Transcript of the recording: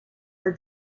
are